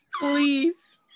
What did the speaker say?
Please